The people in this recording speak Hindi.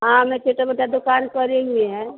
हाँ हमारा छोटा मोटा दुकान करीब में है